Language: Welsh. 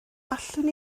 allwn